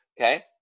Okay